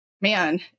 Man